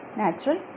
natural